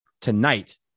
tonight